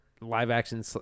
live-action